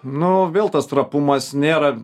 nu vėl tas trapumas nėra